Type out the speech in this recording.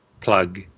plug